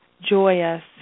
joyous